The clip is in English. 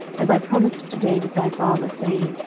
as i promised to david thy father, saying,